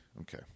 Okay